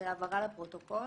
זו הבהרה לפרוטוקול.